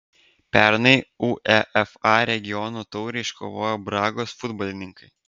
pernai uefa regionų taurę iškovojo bragos futbolininkai